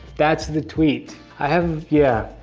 that's the tweet. i have, yeah.